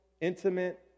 intimate